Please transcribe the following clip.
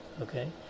okay